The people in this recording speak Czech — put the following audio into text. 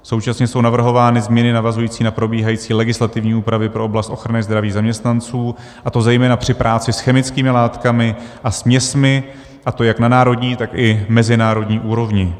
Současně jsou navrhovány změny navazující na probíhající legislativní úpravy pro oblast ochrany zdraví zaměstnanců, a to zejména při práci s chemickými látkami a směsmi, a to jak na národní, tak i mezinárodní úrovni.